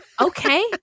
okay